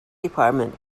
department